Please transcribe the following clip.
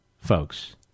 folks